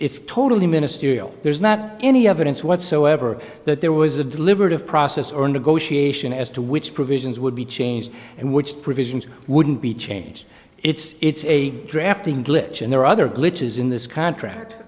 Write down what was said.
it's totally ministerial there's not any evidence whatsoever that there was a deliberative process or negotiation as to which provisions would be changed and which provisions wouldn't be changed it's a drafting glitch and there are other glitches in this contract